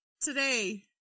today